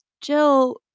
Jill